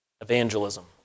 evangelism